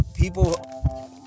people